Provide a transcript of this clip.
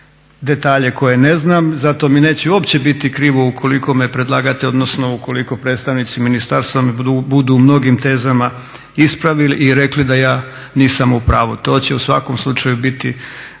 detalje koje ne znam, zato mi neće uopće biti krivo ukoliko me predlagatelj, odnosno ukoliko predstavnici ministarstva me budu u mnogim tezama ispravili i rekli da ja nisam u pravu. To će u svakom slučaju biti